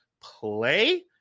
play